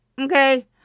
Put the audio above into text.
okay